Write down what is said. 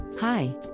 Hi